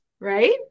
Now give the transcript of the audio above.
right